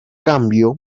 cambio